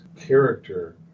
character